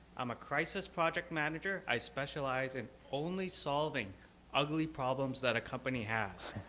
i'm a crisis project manager. i specialize in only solving ugly problems that a company has.